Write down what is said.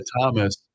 Thomas